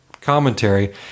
commentary